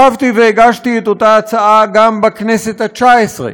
שבתי והגשתי את אותה הצעה גם בכנסת התשע-עשרה,